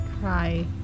cry